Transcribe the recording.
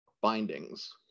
bindings